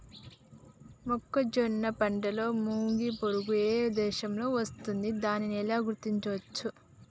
మొక్కజొన్న పంటలో మొగి పురుగు ఏ దశలో వస్తుంది? దానిని ఎలా గుర్తించవచ్చు?